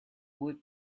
would